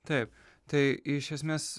taip tai iš esmės